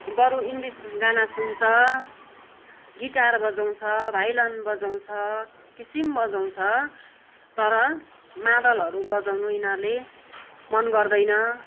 बरु इङ्ग्लिस गाना सुन्छ गिटार बजाउँछ भायोलिन बजाउँछ किसिम बजाउँछ तर मादलहरू बजाउनु यिनीहरूले मन गर्दैन